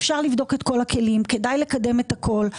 אפשר לבדוק את כל הכלים, כדאי לקדם את הכול.